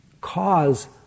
cause